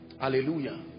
hallelujah